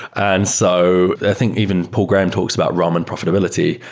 and so i think even paul graham talks about ramen profitability.